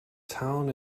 town